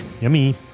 yummy